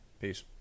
Peace